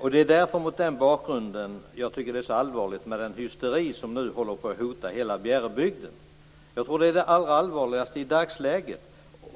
Det är mot den bakgrunden som jag tycker att det är så allvarligt med den hysteri som nu håller på att hota hela Bjärebygden. Jag tror att det är det mest allvarliga i dagsläget.